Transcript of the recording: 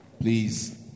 please